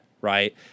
right